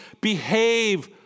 behave